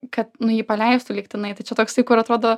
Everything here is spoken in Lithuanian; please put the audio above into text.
kad jį paleistų lygtinai tai čia toksai kur atrodo